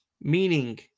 meaning